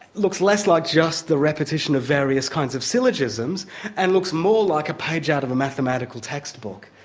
looks less like just the repetition of various kinds of syllogisms and looks more like a page out of a mathematical textbook,